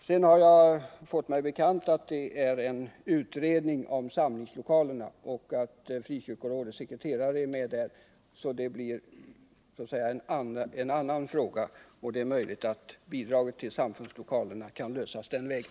Sedan har jag fått mig bekant att det pågår en utredning om samlingslo kalerna, i vilken Frikyrkorådets sekreterare är med. Det blir så att säga en annan fråga. Det är möjligt att frågan om bidraget till samfundslokalerna kan lösas den vägen.